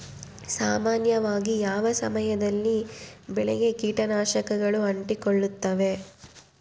ಸಾಮಾನ್ಯವಾಗಿ ಯಾವ ಸಮಯದಲ್ಲಿ ಬೆಳೆಗೆ ಕೇಟನಾಶಕಗಳು ಅಂಟಿಕೊಳ್ಳುತ್ತವೆ?